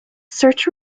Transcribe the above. search